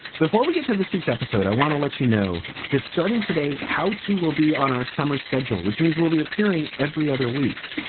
before we get to this week's episode, i want to let you know that starting today, how to we'll be on our summer schedule, which means we'll be appearing every other week.